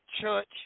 church